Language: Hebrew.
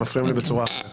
אתם מפריעים לי בצורה אחרת.